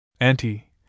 Auntie